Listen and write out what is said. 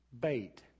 bait